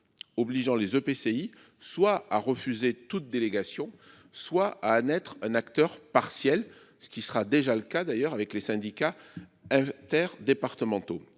Obligeant les EPCI soit à refuser toute délégation soit à à naître un acteur partiel ce qui sera déjà le cas d'ailleurs avec les syndicats. Terre départementaux